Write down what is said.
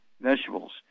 vegetables